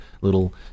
little